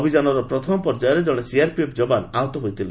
ଅଭିଯାନର ପ୍ରଥମ ପର୍ଯ୍ୟାୟରେ ଜଣେ ସିଆର୍ପିଏଫ୍ ଯବାନ୍ ଆହତ ହୋଇଥିଲେ